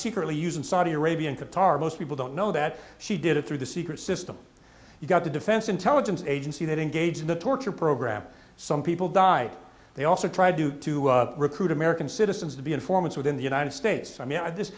secretly used in saudi arabia and qatar most people don't know that she did it through the secret system you've got the defense intelligence agency that engaged in the torture program some people die they also try to do to recruit american citizens to be informants within the united states i mean